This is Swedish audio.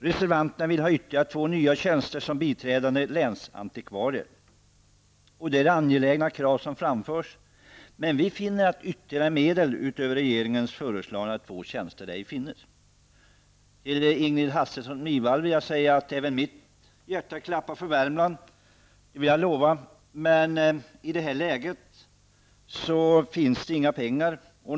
Reservanterna vil ha ytterligare två nya tjänster som biträdande länsantikvarier. Det är angelägna krav som framförs. Men vi finner att ytterligare medel utöver regeringens föreslagna två tjänster ej finns. Även mitt hjärta klappar för Värmland, Ingrid Hasselström Nyvall. Det vill jag lova. Men i det här läget finns inga pengar.